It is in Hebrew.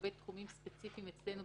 לגבי תחומים ספציפיים אצלנו,